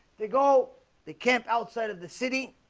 they go they camp outside of the city